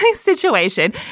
situation